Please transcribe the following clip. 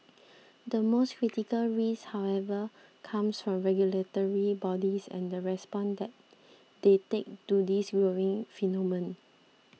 the most critical risk however comes from regulatory bodies and the response that they take to this growing phenomenon